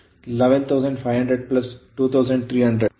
ಇದು 11500 2300 13800 ವೋಲ್ಟ್ ಆಗಿರುತ್ತದೆ